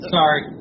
Sorry